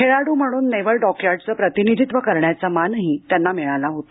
खेळाडू म्हणून नेवल डॉकयार्डचे प्रतिनिधित्व करण्याचा मानही त्यांना मिळाला होता